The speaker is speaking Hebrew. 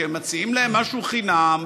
שהם מציעים להם משהו חינם,